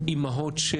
אימהות של,